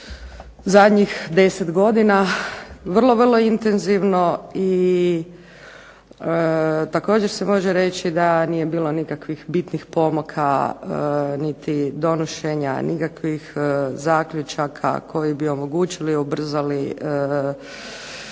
zadnjih 10 godina vrlo, vrlo intenzivno. Također se može reći da nije bilo nikakvih bitnih pomaka, niti donošenja nikakvih zaključaka koji bi omogućili, ubrzali